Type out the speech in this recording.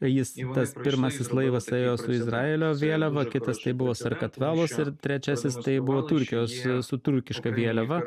jis tas pirmasis laivas ėjo su izraelio vėliava kitas tai buvo sakartvelos ir trečiasis tai buvo turkijos su turkiška vėliava